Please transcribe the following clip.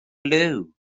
liw